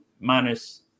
minus